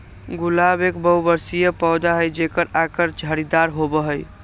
गुलाब एक बहुबर्षीय पौधा हई जेकर आकर झाड़ीदार होबा हई